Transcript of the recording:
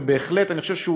ובהחלט אני חושב שהוא